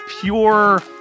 pure